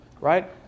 right